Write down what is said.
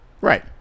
Right